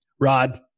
Rod